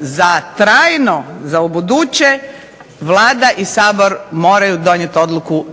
za trajno za ubuduće Vlada i Sabor moraju donijeti odluku.